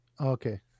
Okay